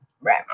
Right